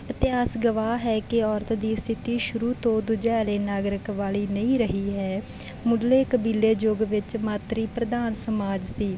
ਇਤਿਹਾਸ ਗਵਾਹ ਹੈ ਕਿ ਔਰਤ ਦੀ ਸਥਿਤੀ ਸ਼ੁਰੂ ਤੋਂ ਨਾਗਰਿਕ ਵਾਲੀ ਨਹੀਂ ਰਹੀ ਹੈ ਮੁੱਢਲੇ ਕਬੀਲੇ ਯੁੱਗ ਵਿੱਚ ਮਾਤਰੀ ਪ੍ਰਧਾਨ ਸਮਾਜ ਸੀ